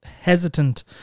Hesitant